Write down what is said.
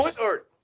or-